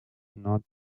not